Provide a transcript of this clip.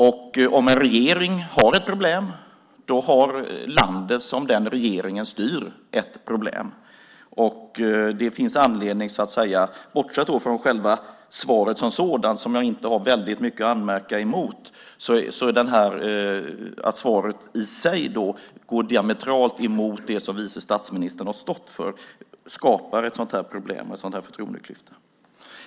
Och om en regering har ett problem så har landet som den regeringen styr ett problem. Bortsett från själva svaret som sådant, som jag inte har så väldigt mycket att anmärka på, finns det anledning att konstatera att svaret i sig går diametralt emot det som vice statsministern har stått för, och det skapar ett problem och en förtroendeklyfta.